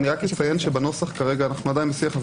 אציין שבנוסח כרגע אנחנו עדיין בשיח עם